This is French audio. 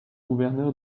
gouverneur